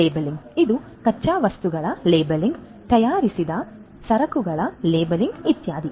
labelling ಈ ಕಚ್ಚಾ ವಸ್ತುಗಳ ಲೇಬಲಿಂಗ್ ತಯಾರಿಸಿದ ಸರಕುಗಳ ಲೇಬಲಿಂಗ್ ಇತ್ಯಾದಿ